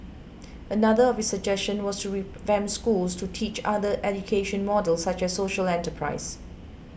another of his suggestion was to revamp schools to teach other education models such as social enterprise